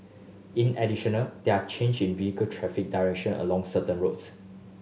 in additional there are change in vehicle traffic direction along certain roads